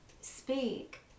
speak